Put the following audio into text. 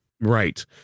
Right